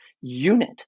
unit